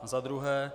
Za druhé.